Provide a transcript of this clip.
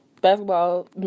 basketball